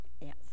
Yes